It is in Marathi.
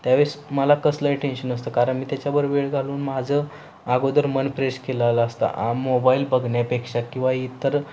त्यावेळेस मला कसलंही टेन्शन नसतं कारण मी त्याच्याबर वेळ घालवून माझं आगोदर मन फ्रेश केलेला असता आ मोबाईल बघण्यापेक्षा किंवा इतर